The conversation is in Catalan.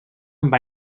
amb